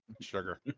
Sugar